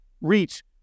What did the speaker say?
reach